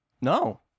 No